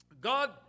God